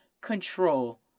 control